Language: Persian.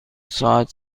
ساعت